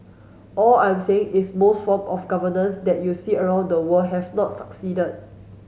all I am saying is most form of governance that you see around the world have not succeeded